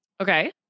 Okay